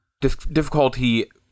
difficulty